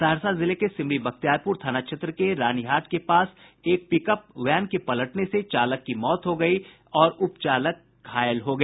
सहरसा जिले के सिमरी बख्तियारपुर थाना क्षेत्र के रानीहाट के पास एक पिकअप वैन के पलटने से चालक की मौत हो गयी और उप चालक घायल हो गया